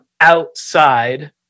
outside